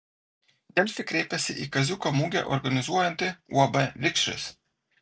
delfi kreipėsi į kaziuko mugę organizuojantį uab vikšris